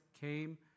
came